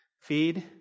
Feed